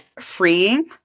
freeing